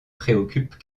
préoccupe